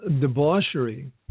debauchery